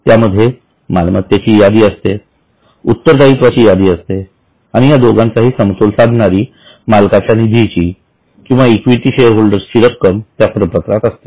त्यामध्ये मालमत्तेची यादी असते उत्तरदायित्वाची यादी असते आणि या दोघांचा समतोल साधणारी मालकाच्या निधीची किंवा इक्विटी शेअर होल्डर रक्कम त्या प्रपत्रात असते